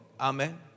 Amen